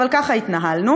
אבל ככה התנהלנו.